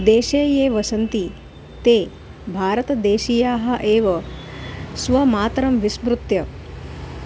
देशे ये वसन्ति ते भारतदेशीयाः एव स्वमातरं विस्मृत्य